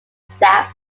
sap